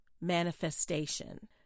manifestation